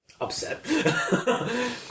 upset